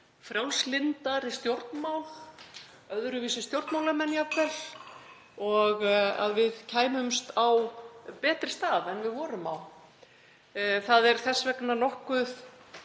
frjálslyndari stjórnmál, jafnvel öðruvísi stjórnmálamenn og að við kæmumst á betri stað en við vorum á. Það er þess vegna nokkuð